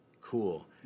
cool